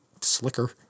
slicker